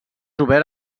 obert